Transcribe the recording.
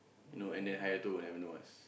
and then hire two whatever know whats